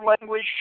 language